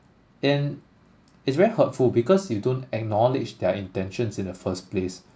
and it's very hurtful because you don't acknowledge their intentions in the first place